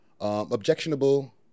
objectionable